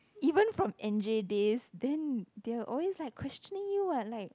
even from N_J days then they always like questioning you what like